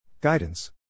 Guidance